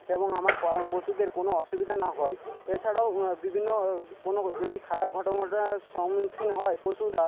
এবং আমার পশুদের কোনো অসুবিধা না হয় এছাড়াও বিভিন্ন কোনো যদি খারাপ সম্মুখীন হয় পশুরা